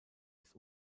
ist